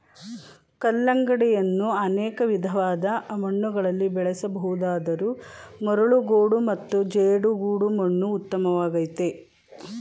ಕಲ್ಲಂಗಡಿಯನ್ನು ಅನೇಕ ವಿಧವಾದ ಮಣ್ಣುಗಳಲ್ಲಿ ಬೆಳೆಸ ಬಹುದಾದರೂ ಮರಳುಗೋಡು ಮತ್ತು ಜೇಡಿಗೋಡು ಮಣ್ಣು ಉತ್ತಮವಾಗಯ್ತೆ